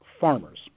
farmers